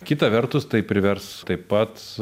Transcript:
kita vertus tai privers taip pat